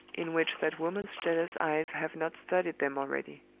in which that woman's jealous eyes have not studied them already.